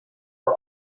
are